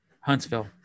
Huntsville